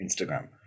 Instagram